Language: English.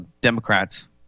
Democrats